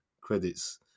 credits